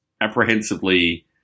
apprehensively